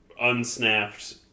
unsnapped